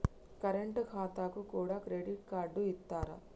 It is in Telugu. కరెంట్ ఖాతాకు కూడా క్రెడిట్ కార్డు ఇత్తరా?